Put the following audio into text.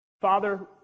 Father